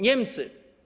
Niemcy.